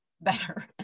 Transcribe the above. better